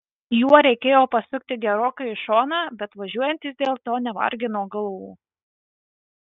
juo reikėjo pasukti gerokai į šoną bet važiuojantys dėl to nevargino galvų